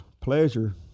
Pleasure